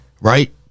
Right